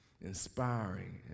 inspiring